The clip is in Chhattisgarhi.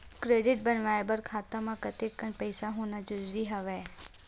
क्रेडिट बनवाय बर खाता म कतेकन पईसा होना जरूरी हवय?